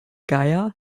geier